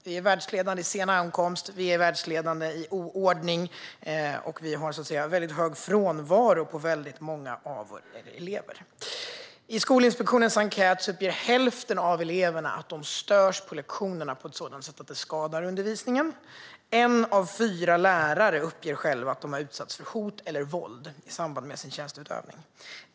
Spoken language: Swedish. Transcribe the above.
Vi är världsledande i sen ankomst, vi är världsledande i oordning och vi har väldigt hög frånvaro för väldigt många av våra elever, I Skolinspektionens enkät uppger hälften av eleverna att de störs på lektionerna på ett sådant sätt att det skadar undervisningen. En av fyra lärare uppger att man har utsatts för hot eller våld i samband med sin tjänsteutövning.